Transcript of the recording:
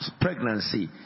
pregnancy